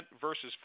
versus